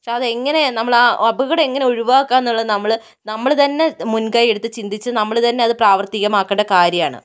പക്ഷേ അതെങ്ങനേ ആ അപകടം എങ്ങനെ ഒഴിവാക്കാം എന്നുള്ളത് നമ്മൾ നമ്മൾ തന്നേ മുൻകൈ എടുത്ത് ചിന്തിച്ച് നമ്മൾ തന്നേ പ്രാവർത്തികം ആക്കേണ്ട കാര്യം ആണ്